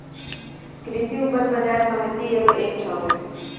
कृषि उपज बाजार समिति एगो एक्ट हवे